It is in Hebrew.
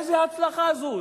איזו הצלחה זו?